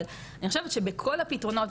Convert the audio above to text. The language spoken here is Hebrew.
אבל אני חושבת שבכל הפתרונות,